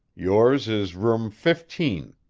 yours is room fifteen.